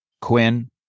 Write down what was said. Quinn